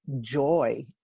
joy